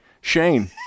shane